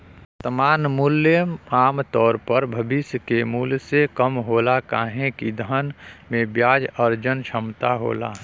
वर्तमान मूल्य आमतौर पर भविष्य के मूल्य से कम होला काहे कि धन में ब्याज अर्जन क्षमता होला